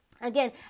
again